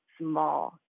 small